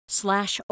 slash